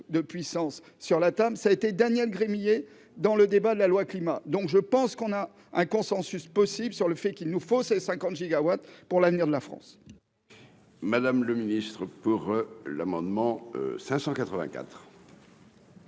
de puissance sur la table, ça a été, Daniel Gremillet dans le débat de la loi climat, donc je pense qu'on a un consensus possible sur le fait qu'il nous faut, c'est 50 gigawatts pour l'avenir de la France.